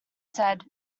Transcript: said